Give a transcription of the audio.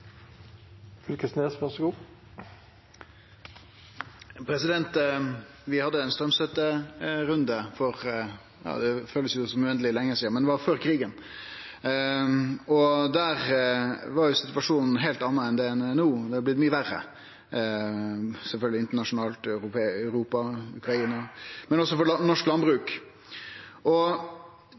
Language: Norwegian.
Vi hadde ein straumstøtterunde før krigen – eg føler det er uendeleg lenge sidan. Da var situasjonen ein heilt annan enn det han er no. Det er sjølvsagt blitt mykje verre internasjonalt, i Europa og i Ukraina, men også for norsk landbruk.